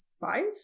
Five